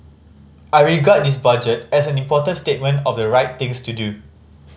I regard this Budget as an important statement of the right things to do